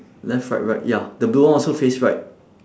left right right ya the blue one also face right